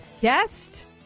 guest